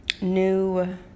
new